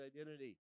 identity